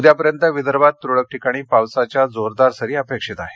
उद्यापर्यंत विदर्भात तुरळक ठिकाणी पावसाच्या जोरदार सरी अपेक्षित आहेत